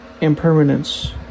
impermanence